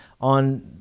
on